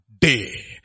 day